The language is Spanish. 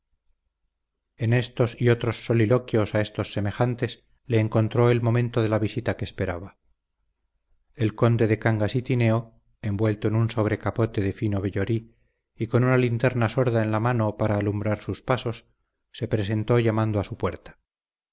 en estos y otros soliloquios a éstos semejantes le encontró el momento de la visita que esperaba el conde de cangas y tineo envuelto en un sobrecapote de fino vellorí y con una linterna sorda en la mano para alumbrar sus pasos se presentó llamando a su puerta